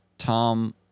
Tom